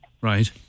right